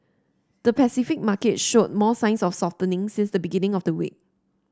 the Pacific market showed more signs of softening since the beginning of the week